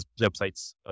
websites